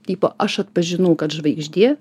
tipo aš atpažinau kad žvaigždė